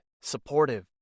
supportive